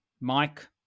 Mike